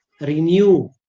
renew